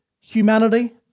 humanity